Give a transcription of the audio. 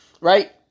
Right